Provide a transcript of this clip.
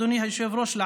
אדוני היושב-ראש,